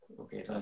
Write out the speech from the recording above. Okay